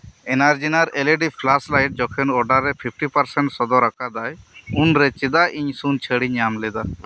ᱮᱱᱟᱨᱡᱤᱱᱟᱨ L E D flashlight ᱡᱚᱠᱷᱮᱡ order ᱨᱮ fifty percent ᱥᱚᱫᱚᱨ ᱟᱠᱟᱫᱟᱭ ᱩᱱ ᱨᱮ ᱪᱮᱫᱟᱜ ᱤᱱ ᱥᱩᱱ ᱪᱷᱟᱲᱟᱹᱧ ᱧᱟᱢ ᱞᱮᱫᱟ